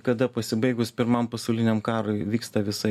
kada pasibaigus pirmam pasauliniam karui vyksta visa